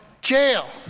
jail